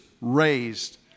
raised